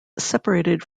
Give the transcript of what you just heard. separated